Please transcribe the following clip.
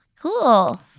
Cool